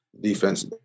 defense